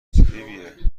فیبی